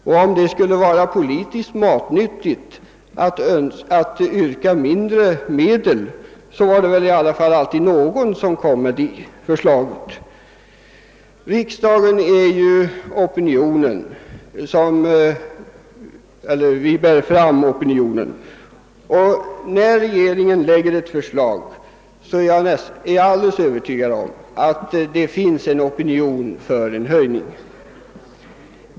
Om det nu vore politiskt matnyttigt att yrka på mindre medel skulle det väl alltid vara någon som skulle komma med förslag härom. Riksdagen bär fram opinionen, och när riksdagen godtar ett regeringsförslag om höjning är jag alldeles övertygad om att det finns en opinion härför.